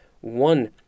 One